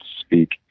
speak